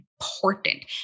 important